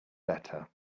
better